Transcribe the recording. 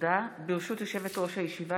ברשות יושבת-ראש הישיבה,